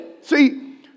See